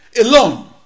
alone